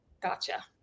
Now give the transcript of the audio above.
Gotcha